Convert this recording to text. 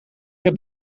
heb